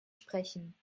sprechen